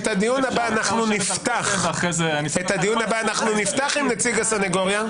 את הדיון הבא אנחנו נפתח עם נציג הסניגוריה.